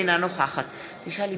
אינה נוכחת תודה רבה,